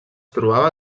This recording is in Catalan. trobava